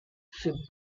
she